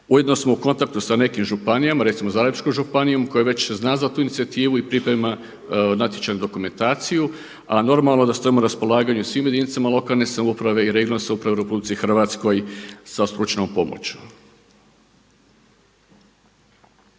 Ujedno smo u kontaktu sa nekim županijama recimo Zagrebačkom županijom koja već zna za tu inicijativu i priprema natječajnu dokumentaciju, a normalno da stojimo na raspolaganju svim jedinicama lokalne samouprave i regionalne samouprave u RH sa stručnom pomoću.